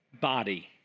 body